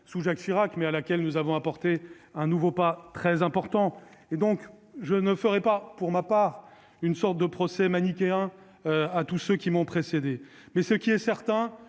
avec Jacques Chirac, et à laquelle nous avons fait faire un nouveau pas très important. Je ne ferai pas, pour ma part, une sorte de procès manichéen à tous ceux qui m'ont précédé. Mais il est certain